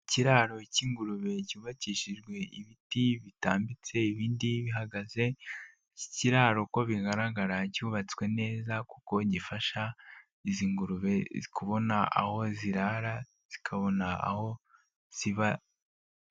Ikiraro cy'ingurube cyubakishijwe ibiti bitambitse ibindi bihagaze, iki ikiraro uko bigaragara cyubatswe neza kuko gifasha izi ngurube kubona aho zirara, zikabona aho ziba.